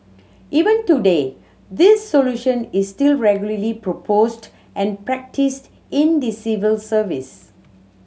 even today this solution is still regularly proposed and practised in the civil service